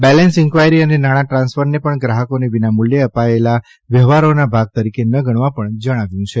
balance inquiry અને નાણાં ટ્રાન્સફરને પણ ગ્રાહકોને વિના મૂલ્યે અપાયેલા વ્યવહારોના ભાગ તરીકે ન ગણવા પણ જણાવ્યું છે